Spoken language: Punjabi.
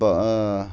ਬ